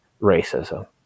racism